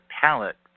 palette